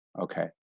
Okay